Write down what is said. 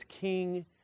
King